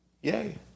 Yay